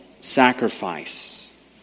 sacrifice